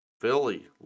Philly